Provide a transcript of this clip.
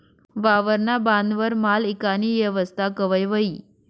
वावरना बांधवर माल ईकानी येवस्था कवय व्हयी?